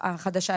החדשה.